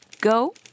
go